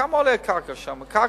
כמה עולה שם קרקע?